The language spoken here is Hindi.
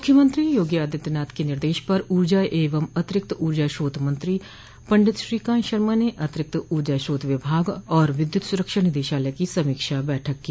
मुख्यमंत्री योगी आदित्यनाथ के निर्देश पर ऊजा एवं अतिरिक्त ऊर्जा स्रोत मंत्री पंडित श्रीकान्त शर्मा ने अतिरिक्त ऊर्जा स्रोत विभाग व विद्युत सुरक्षा निदेशालय की समीक्षा बैठक की